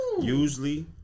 usually